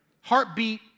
Heartbeat